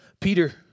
Peter